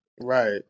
right